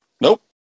Nope